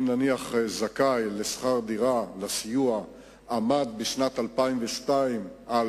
אם זכאות לסיוע בשכר-דירה עמדה בשנת 2002 על